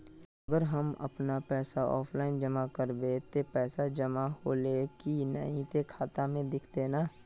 अगर हम अपन पैसा ऑफलाइन जमा करबे ते पैसा जमा होले की नय इ ते खाता में दिखते ने?